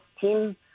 team